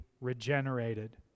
regenerated